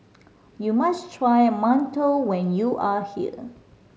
you must try mantou when you are here